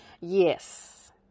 Yes